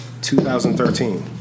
2013